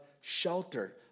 shelter